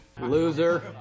Loser